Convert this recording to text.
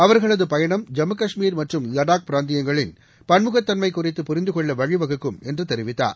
அவர்களது பயணம் ஜம்மு கஷ்மீர் மற்றும் லடாக் பிராந்தியங்களின் பன்முகத் தன்மை குறித்து புரிந்து கொள்ள வழிவகுக்கும் என்று தெரிவித்தார்